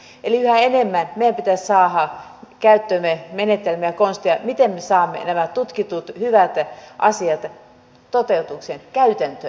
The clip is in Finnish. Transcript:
eli yhä enemmän meidän pitäisi saada käyttöömme menetelmiä ja konsteja miten me saamme nämä tutkitut hyvät asiat toteutukseen käytäntöön